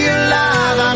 alive